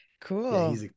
Cool